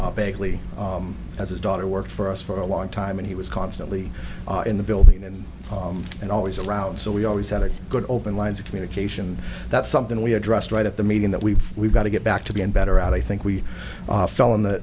which basically as his daughter worked for us for a long time and he was constantly in the building and and always around so we always had a good open lines of communication that's something we addressed right at the meeting that we've we've got to get back to being better out i think we fell in the